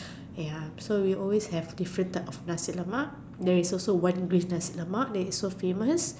ya so we always have different type of Nasi-Lemak theres is also one business Nasi-Lemak that is so famous